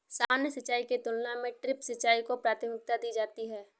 सामान्य सिंचाई की तुलना में ड्रिप सिंचाई को प्राथमिकता दी जाती है